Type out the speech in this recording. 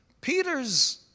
Peter's